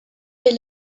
est